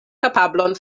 kapablon